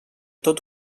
tot